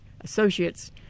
associates